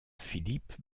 philippe